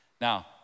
Now